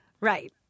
Right